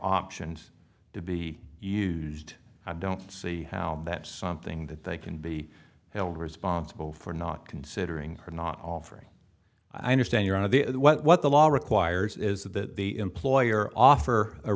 options to be used i don't see how that is something that they can be held responsible for not considering her not offering i understand you're on the what the law requires is that the employer offer a